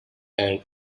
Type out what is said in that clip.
and